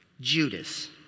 Judas